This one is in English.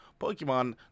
Pokemon